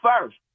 first